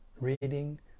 reading